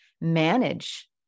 manage